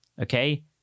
okay